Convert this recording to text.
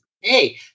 Hey